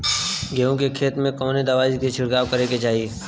गेहूँ के खेत मे कवने दवाई क छिड़काव करे के चाही?